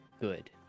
good